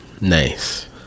Nice